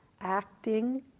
acting